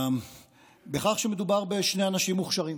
בכך שמדובר בשני אנשים מוכשרים.